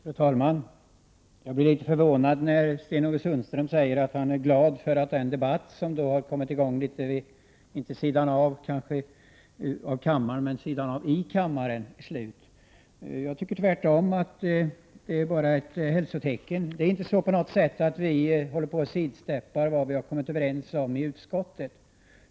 Fru talman! Jag blir litet förvånad när Sten-Ove Sundström säger att han är glad över att debatten kommit litet vid sidan av här i kammaren. Jag tycker tvärtom att debatten är ett hälsotecken. Vi håller inte på med att gå vid sidan av det vi kommit överens om i utskottet.